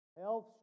health